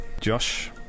Josh